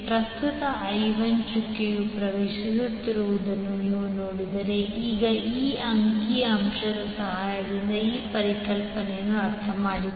ಪ್ರಸ್ತುತ i1 ಚುಕ್ಕೆ ಪ್ರವೇಶಿಸುತ್ತಿರುವುದನ್ನು ನೀವು ನೋಡಿದರೆ ಈಗ ಈ ಅಂಕಿ ಅಂಶದ ಸಹಾಯದಿಂದ ಈ ಪರಿಕಲ್ಪನೆಯನ್ನು ಅರ್ಥಮಾಡಿಕೊಳ್ಳೋಣ